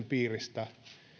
piiristä